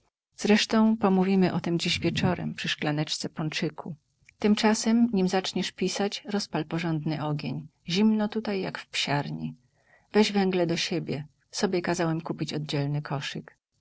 zresztą pomówimy o tem dziś wieczorem przy szklaneczce ponczyku tymczasem nim zaczniesz pisać rozpal porządny ogień zimno tutaj jak w psiarni weź węgle do siebie sobie kazałem kupić oddzielny koszyk